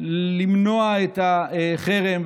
למנוע את החרם.